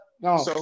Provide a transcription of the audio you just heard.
No